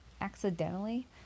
accidentally